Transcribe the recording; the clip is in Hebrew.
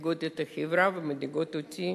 מדאיגות את החברה ומדאיגות אותי